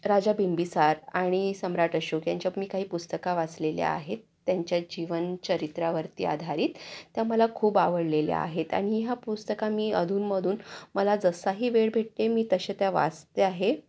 राजा बिंबीसार आणि सम्राट अशोक यांच्या मी काही पुस्तकं वाचलेली आहेत त्यांच्या जीवन चरित्रावरती आधारित त्या मला खूप आवडलेल्या आहेत आणि ह्या पुस्तकं मी अधूनमधून मला जसाही वेळ भेटते मी तसे त्या वाचते आहे